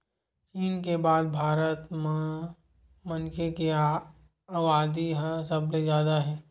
चीन के बाद भारत म मनखे के अबादी ह सबले जादा हे